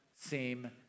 seem